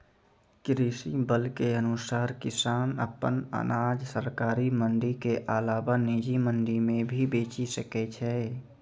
कृषि बिल के अनुसार किसान अप्पन अनाज सरकारी मंडी के अलावा निजी मंडी मे भी बेचि सकै छै